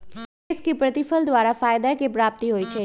निवेश में प्रतिफल द्वारा फयदा के प्राप्ति होइ छइ